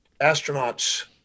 astronauts